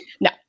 No